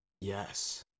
Yes